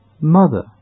Mother